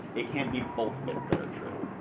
it can't be both bits that are true.